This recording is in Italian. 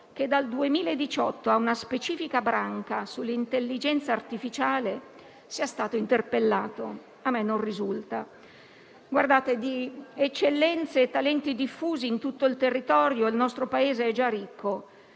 che dal 2018 ha una specifica branca sull'intelligenza artificiale, sia stato interpellato: a me non risulta. Guardate, di eccellenze e talenti diffusi in tutto il territorio il nostro Paese è già ricco.